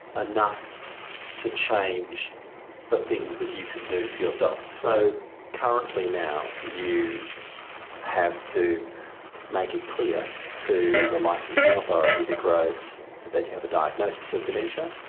enough to change the things that you can do for yourself. so currently now you have to make it clear to the licensing authority, vicroads, that you have a diagnosis of dementia,